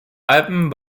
alpen